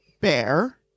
Bear